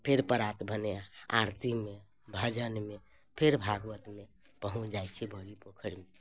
फेर परात भेने आरतीमे भजनमे फेर भागवतमे पहुँच जाइ छिए बड़ी पोखरिमे